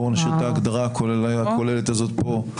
בואו נשאיר את ההגדרה הכוללת הזאת פה.